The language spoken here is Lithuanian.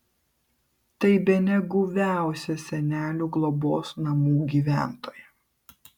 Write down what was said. tai bene guviausia senelių globos namų gyventoja